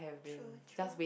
true true